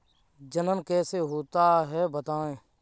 जनन कैसे होता है बताएँ?